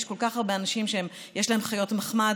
יש כל כך הרבה אנשים שיש להם חיות מחמד